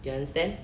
you understand